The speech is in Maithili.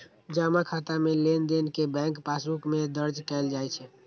जमा खाता मे लेनदेन कें बैंक पासबुक मे दर्ज कैल जाइ छै